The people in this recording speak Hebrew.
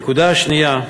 נקודה שנייה,